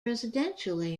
residential